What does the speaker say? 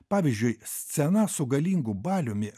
pavyzdžiui scena su galingu baliumi